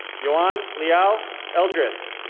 johann lyall eldris.